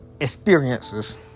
experiences